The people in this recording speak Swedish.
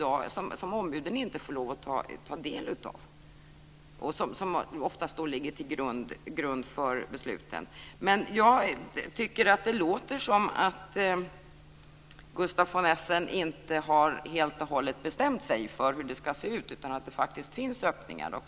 Den får ombuden i dag inte lov att ta del av. Den ligger oftast till grund för besluten. Jag tycker att det låter som att Gustaf von Essen inte helt och hållet har bestämt sig för hur det ska se ut utan att det faktiskt finns öppningar.